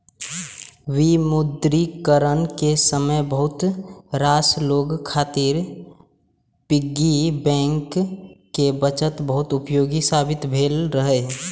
विमुद्रीकरण के समय बहुत रास लोग खातिर पिग्गी बैंक के बचत बहुत उपयोगी साबित भेल रहै